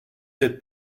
c’est